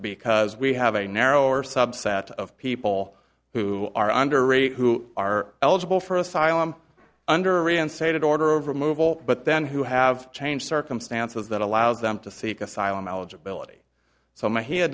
because we have a narrower subset of people who are under rate who are eligible for asylum under reinstated order of removal but then who have changed circumstances that allows them to seek asylum eligibility so my head